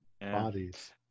bodies